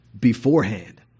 beforehand